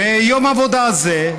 יום העבודה הזה,